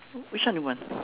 which one you want